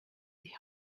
die